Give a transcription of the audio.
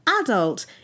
adult